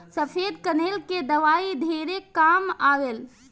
सफ़ेद कनेर के दवाई ढेरे काम आवेल